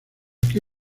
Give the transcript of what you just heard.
qué